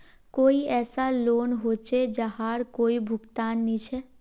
कोई ऐसा लोन होचे जहार कोई भुगतान नी छे?